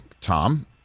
Tom